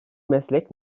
meslek